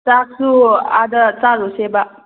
ꯆꯥꯛꯁꯨ ꯑꯥꯗ ꯆꯥꯔꯨꯁꯦꯕ